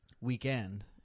Weekend